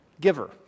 giver